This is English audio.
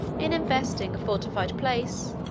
in investing a fortified place,